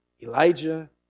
Elijah